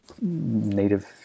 native